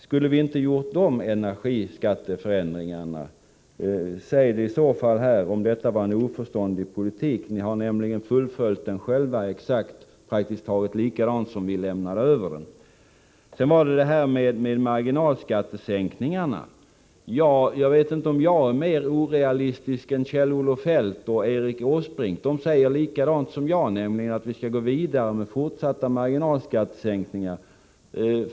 Skulle vi inte ha gjort de energiskatteförändringarna? Säg det i så fall här, om detta var en oförståndig politik. Ni har nämligen fullföljt den själva, praktiskt taget exakt som vi lämnade över den. När det gäller marginalskattesänkningarna vet jag inte om jag är mer orealistisk än Kjell-Olof Feldt och Erik Åsbrink. De säger nämligen likadant som jag, att vi skall gå vidare med fortsatta marginalskattesänkningar.